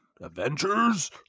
Avengers